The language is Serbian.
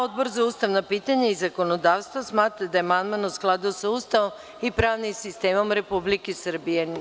Odbor za ustavna pitanja i zakonodavstvo smatra da je amandman u skladu sa Ustavom i pravnim sistemom Republike Srbije.